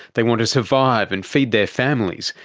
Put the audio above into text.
they want to survive and feed their families.